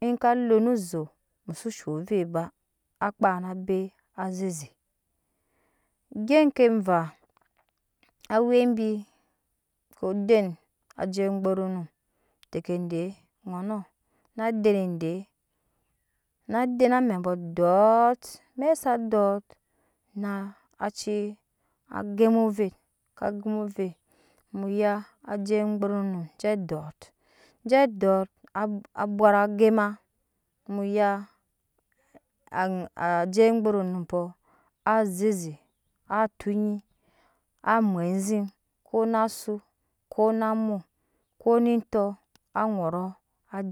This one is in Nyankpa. In ka le no zoo muso shaŋ ovet ba akpa na be azeze gya ke vaa awe bi ko den ajei gburunum teke de oŋɔnɔ na den de na den amɛbo dɔɔt mɛk sa dɔɔt na ci gema ovet ka gema ovet muya ajei gburunum je dɔɔt je dɔɔt abwant gema muya jei gburunumpo azeze atonyi amwe aziŋ ko na zu kona mu ko ne etɔ aŋɔɔrok